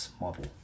model